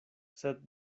sed